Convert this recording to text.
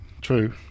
True